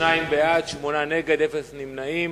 שניים בעד, שמונה נגד, אין נמנעים.